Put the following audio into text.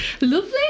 Lovely